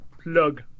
plug